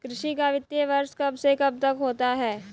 कृषि का वित्तीय वर्ष कब से कब तक होता है?